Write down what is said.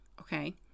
okay